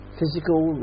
physical